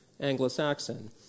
Anglo-Saxon